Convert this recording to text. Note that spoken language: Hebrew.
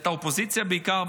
את האופוזיציה בעיקר,